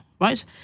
right